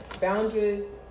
Boundaries